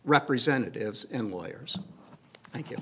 representatives and lawyers thank you